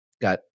got